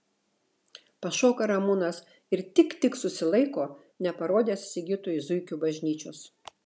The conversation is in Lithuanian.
pašoka ramūnas ir tik tik susilaiko neparodęs sigitui zuikių bažnyčios